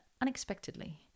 unexpectedly